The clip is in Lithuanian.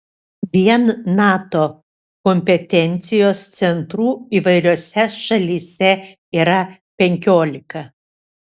vien nato kompetencijos centrų įvairiose šalyse yra penkiolika